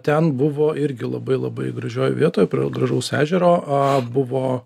ten buvo irgi labai labai gražioj vietoj prie gražaus ežero buvo